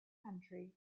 country